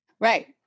right